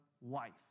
wife